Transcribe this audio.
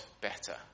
better